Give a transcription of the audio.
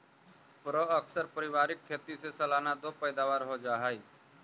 प्अक्सर पारिवारिक खेती से सालाना दो पैदावार हो जा हइ